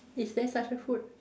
is there such a food